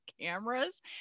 cameras